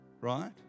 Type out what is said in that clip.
Right